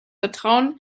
vertrauen